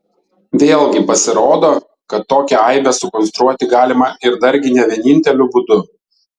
vėlgi pasirodo kad tokią aibę sukonstruoti galima ir dargi ne vieninteliu būdu